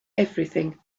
everything